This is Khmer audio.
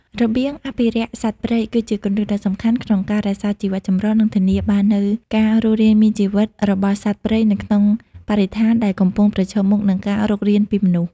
របៀងអភិរក្សសត្វព្រៃ គឺជាគន្លឹះដ៏សំខាន់ក្នុងការរក្សាជីវចម្រុះ និងធានាបាននូវការរស់រានមានជីវិតរបស់សត្វព្រៃនៅក្នុងបរិស្ថានដែលកំពុងប្រឈមមុខនឹងការរុករានពីមនុស្ស។